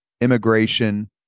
immigration